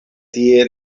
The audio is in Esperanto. tie